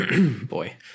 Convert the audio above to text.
Boy